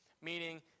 meaning